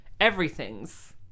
everything's